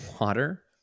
water